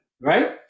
right